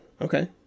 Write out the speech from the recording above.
Okay